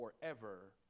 Forever